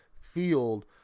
field